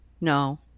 No